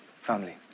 family